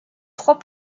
trois